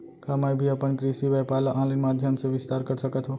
का मैं भी अपन कृषि व्यापार ल ऑनलाइन माधयम से विस्तार कर सकत हो?